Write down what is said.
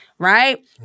Right